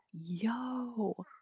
Yo